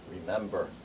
Remember